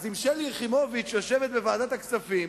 אז אם שלי יחימוביץ יושבת בוועדת הכספים,